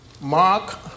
Mark